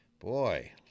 Boy